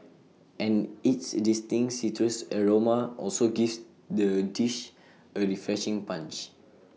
and its distinct citrus aroma also gives the dish A refreshing punch